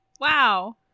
wow